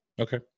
okay